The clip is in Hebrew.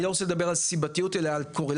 אני לא רוצה לדבר על סיבתיות אלא על קורלציה,